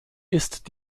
ist